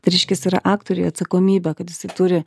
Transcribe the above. tai reiškias yra aktoriui atsakomybė kad jisai turi